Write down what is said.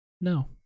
No